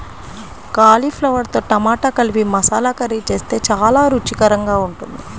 కాలీఫ్లవర్తో టమాటా కలిపి మసాలా కర్రీ చేస్తే చాలా రుచికరంగా ఉంటుంది